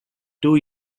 two